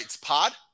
Pod